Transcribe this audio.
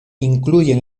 incluyen